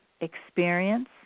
experience